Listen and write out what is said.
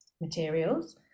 materials